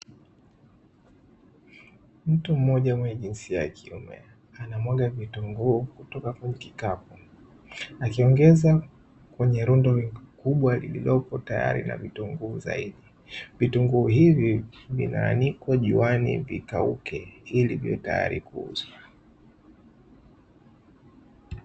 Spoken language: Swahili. Mtu mmoja mwenye jinsia ya kiume anamwaga vitunguu kutoka kwenye kikapu akiviongeza kwenye rundo kubwa lililopotayari na vitunguu. Vitunguu hivi vinaanikwa juani ili vikauke ili viwe tayari kuuzwa.